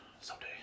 Someday